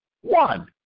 One